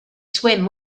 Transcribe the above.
swim